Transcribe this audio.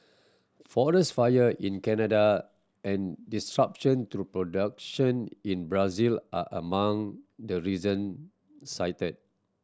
forest fire in Canada and disruption to production in Brazil are among the reason cited